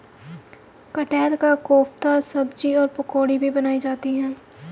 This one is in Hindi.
कटहल का कोफ्ता सब्जी और पकौड़ी भी बनाई जाती है